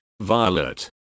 Violet